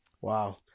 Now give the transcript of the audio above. wow